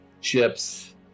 ships